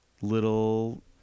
little